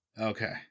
Okay